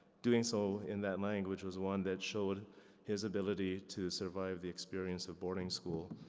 doing so in that language was one that showed his ability to survive the experience of boarding school.